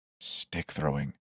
stick-throwing